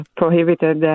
prohibited